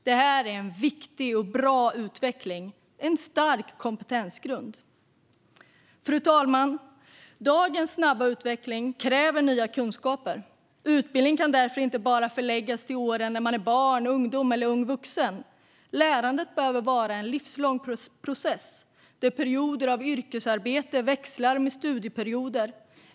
Det är en viktig och bra utveckling och en stark kompetensgrund. Fru talman! Dagens snabba utveckling kräver nya kunskaper. Utbildning kan därför inte bara förläggas till åren som barn, ungdom och ung vuxen. Lärandet behöver vara en livslång process där perioder av yrkesarbete växlas med studieperioder.